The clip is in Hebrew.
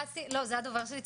לא, זה הדובר שלי צייץ.